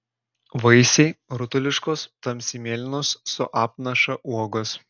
vaisiai rutuliškos tamsiai mėlynos su apnaša uogos